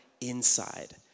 inside